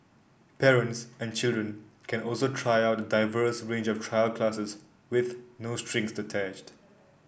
parents and children can also try out a diverse range of trial classes with no strings attached